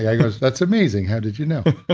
yeah goes, that's amazing. how did you know?